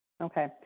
Okay